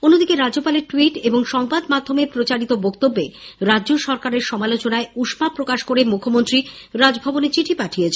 অন্যদিকে রাজ্যপালের ট্যুইট এবং সংবাদমাধ্যমে প্রচারিত বক্তব্যে রাজ্য সরকারের সমালোচনায় উষ্মা প্রকাশ করে মুখ্যমন্ত্রী রাজভবনে চিঠি পাঠিয়েছেন